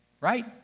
Right